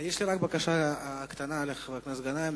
יש לי רק בקשה קטנה אליך, חבר הכנסת גנאים.